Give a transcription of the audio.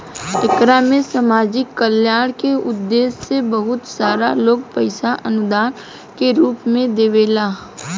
एकरा में सामाजिक कल्याण के उद्देश्य से बहुत सारा लोग पईसा अनुदान के रूप में देवेला